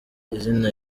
izina